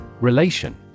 Relation